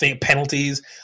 penalties